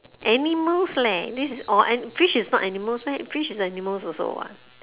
animals leh this is or fish is not animals meh fish is animals also what